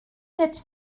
sept